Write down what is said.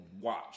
watch